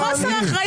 חוסר אחריות.